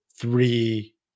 three